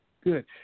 Good